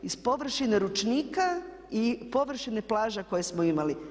Iz površine ručnika i površine plaža koje smo imali.